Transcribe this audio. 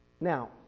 Now